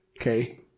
Okay